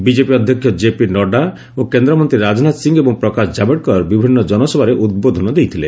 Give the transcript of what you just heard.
BJP ଅଧ୍ୟକ୍ଷ JP Nadda ଓ କେନ୍ଦ୍ରମନ୍ତ୍ରୀ ରାଜନାଥ ସିଂ ଏବଂ ପ୍ରକାଶ ଜାବଡେକର ବିଭିନ୍ନ ଜନସଭାରେ ଉଦ୍ବୋଧନ ଦେଇଥିଲେ